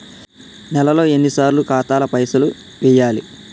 నెలలో ఎన్నిసార్లు ఖాతాల పైసలు వెయ్యాలి?